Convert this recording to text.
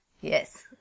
Yes